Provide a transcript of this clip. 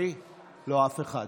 חברת הכנסת